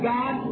God